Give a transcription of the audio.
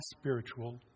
spiritual